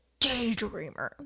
daydreamer